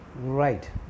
right